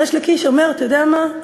ריש לקיש אומר: אתה יודע מה,